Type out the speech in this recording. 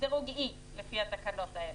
דירוג E לפי התקנות האלה.